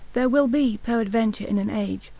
there will be peradventure in an age,